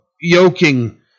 yoking